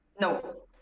No